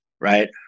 right